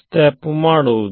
step ಮಾಡುವುದು